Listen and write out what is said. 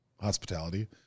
hospitality